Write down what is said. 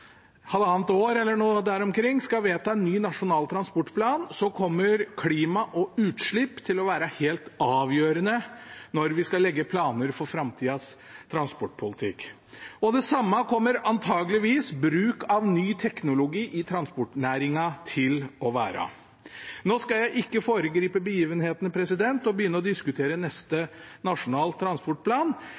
halvannet år skal vedta en ny nasjonal transportplan, kommer klima og utslipp til å være helt avgjørende, når vi skal legge planer for framtidas transportpolitikk. Det samme kommer antakeligvis bruk av ny teknologi i transportnæringen til å være. Nå skal jeg ikke foregripe begivenhetene og begynne å diskutere neste Nasjonal transportplan,